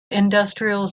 industrial